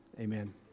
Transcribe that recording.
amen